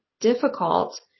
difficult